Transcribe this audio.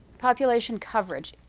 population coverage.